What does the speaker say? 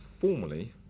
formally